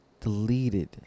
deleted